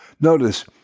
Notice